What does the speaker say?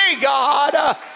God